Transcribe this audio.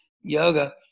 yoga